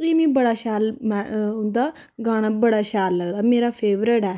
एह् मीं बड़ा शैल उं'दा गाना बड़ा शैल लगदा मेरा फवेरेट ऐ